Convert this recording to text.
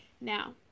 Now